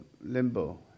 limbo